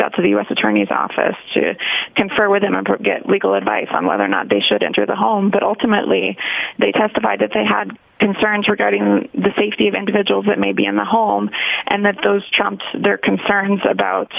out to the u s attorney's office to confer with them and get legal advice on whether or not they should enter the home but ultimately they testified that they had concerns regarding the safety of individuals that may be in the home and that those chumps their concern